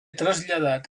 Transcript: traslladat